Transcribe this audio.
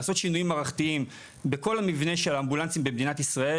לעשות שינויים מערכתיים בכל המבנה של האמבולנסים במדינת ישראל,